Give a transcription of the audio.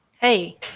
Hey